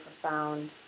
profound